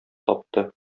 тапты